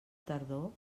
tardor